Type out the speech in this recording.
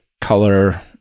color